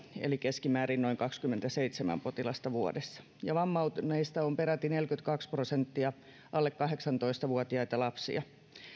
eli keskimäärin noin kaksikymmentäseitsemän potilasta vuodessa ja vammautuneista on peräti neljäkymmentäkaksi prosenttia alle kahdeksantoista vuotiaita lapsia